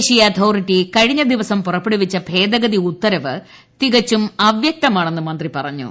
ദേശീയഅതോറിറ്റി കഴിഞ്ഞ ദിവസം പുറ പ്പെടുവിച്ചു ഭേദഗതി ഉത്തരവ് തികച്ചും അവ്യക്തമാണെന്ന് മന്ത്രി പറഞ്ഞു